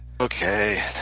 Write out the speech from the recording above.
Okay